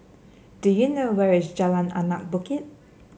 do you know where is Jalan Anak Bukit